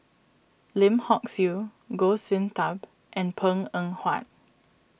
Lim Hock Siew Goh Sin Tub and Png Eng Huat